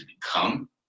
become